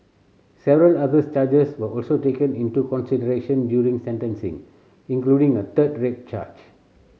several others charges were also taken into consideration during sentencing including a third rape charge